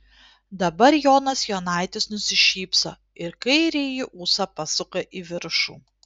dabar jonas jonaitis nusišypso ir kairįjį ūsą pasuka į viršų